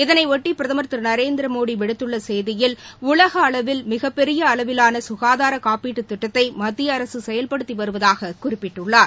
இதனைபொட்டி பிரதமர் திரு நரேந்திரமோடி விடுத்துள்ள செய்தியில் உலக அளவில் மிகப்பெரிய அளவிலாள சுகாதார காப்பீட்டுத் திட்டத்தை மத்திய அரசு செயல்படுத்தி வருவதாக குறிப்பிட்டுள்ளார்